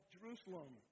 Jerusalem